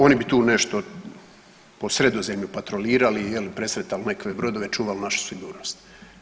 Oni bi tu nešto po Sredozemlju patrolirali, jel presretali nekakve brodove, čuvali našu sigurnost.